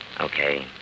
Okay